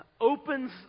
opens